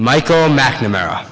michael mcnamara